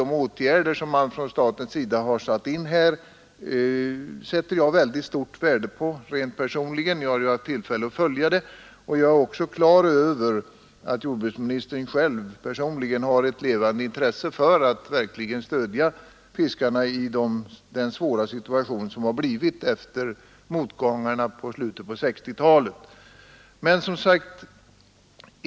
De åtgärder som man från statens sida har vidtagit sätter jag personligen mycket stort värde på — jag har ju haft tillfälle att följa dem. Jag är också klar över att jordbruksministern har ett levande intresse för att verkligen stödja fiskarna i den svåra situation som har uppstått efter motgångarna i slutet av 1960-talet.